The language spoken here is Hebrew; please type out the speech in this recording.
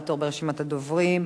הבא בתור ברשימת הדוברים,